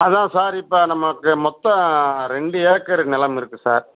அதுதான் சார் இப்போ நமக்கு மொத்தம் ரெண்டு ஏக்கரு நிலம் இருக்குது சார்